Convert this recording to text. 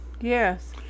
Yes